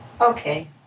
Okay